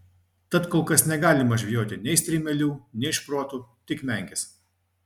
tad kol kas negalima žvejoti nei strimelių nei šprotų tik menkes